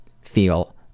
feel